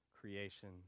creation